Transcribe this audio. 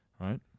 right